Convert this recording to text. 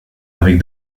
avec